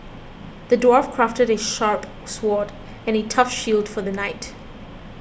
the dwarf crafted a sharp sword and a tough shield for the knight